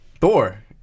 Thor